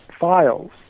files